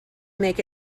make